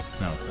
No